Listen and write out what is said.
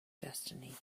destiny